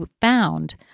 found